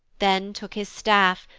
then took his staff,